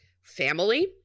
family